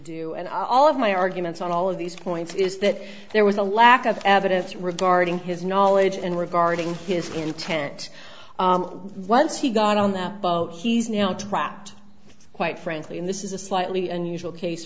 do and all of my arguments on all of these points is that there was a lack of evidence regarding his knowledge and regarding his intent once he got on that boat he's now trapped quite frankly and this is a slightly unusual case